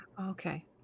Okay